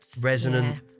resonant